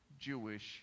Jewish